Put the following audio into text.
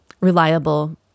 reliable